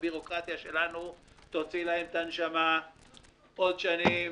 הבירוקרטיה שלנו תוציא להם את הנשמה עוד שנים רבות.